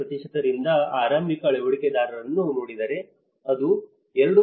4 ರಿಂದ ಆರಂಭಿಕ ಅಳವಡಿಕೆದಾರರನ್ನು ನೋಡಿದರೆ ಅದು 2